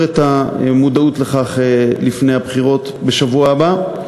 את המודעות לכך לפני הבחירות בשבוע הבא.